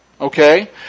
Okay